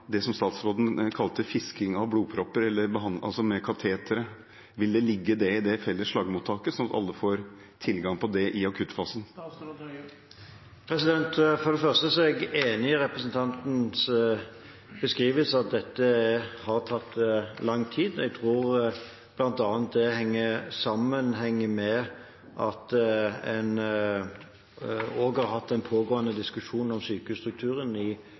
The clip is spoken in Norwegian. det som statsråden kalte fisking etter blodpropper, altså med katetre, ligge i det felles slagmottaket, slik at alle får tilgang til det i akuttfasen? For det første er jeg enig i representantens beskrivelse av at dette har tatt lang tid. Jeg tror bl.a. det henger sammen med at en har hatt en pågående diskusjon om sykehusstrukturen i